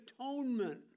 atonement